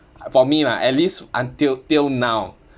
for me lah at least until till now